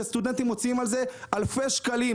שסטודנטים מוציאים על זה אלפי שקלים,